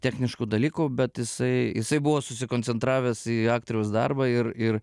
techniškų dalykų bet jisai jisai buvo susikoncentravęs į aktoriaus darbą ir ir